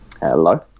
Hello